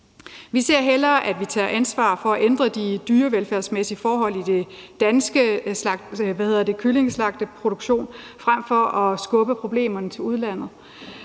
Vi ser hellere, at vi tager ansvar for at ændre de dyrevelfærdsmæssige forhold i den danske slagtekyllingeproduktion frem for at skubbe problemerne til udlandet,